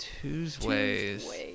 Tuesdays